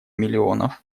миллионов